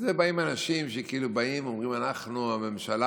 את זה עושים אנשים שכאילו באים ואומרים: אנחנו הממשלה,